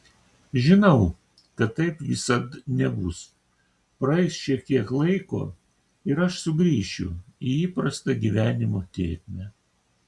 žinau kad taip visad nebus praeis šiek tiek laiko ir aš sugrįšiu į įprastą gyvenimo tėkmę